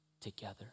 together